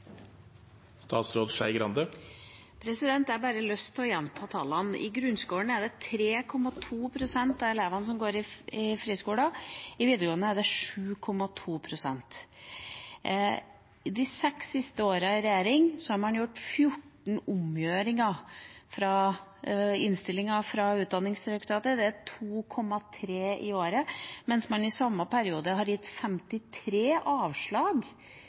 det 3,2 pst. av elevene som går på friskoler, og i videregående skole er det 7,2 pst. I de seks siste årene i regjering har man hatt 14 omgjøringer av innstillinger fra Utdanningsdirektoratet, det er 2,3 i året, mens man i samme periode har gitt 53 avslag